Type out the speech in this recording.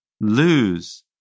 Lose